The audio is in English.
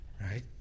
right